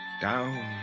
Down